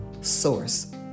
source